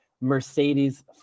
Mercedes